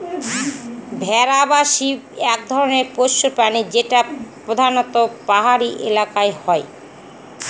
ভেড়া বা শিপ এক ধরনের পোষ্য প্রাণী যেটা প্রধানত পাহাড়ি এলাকায় হয়